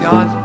God